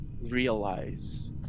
realize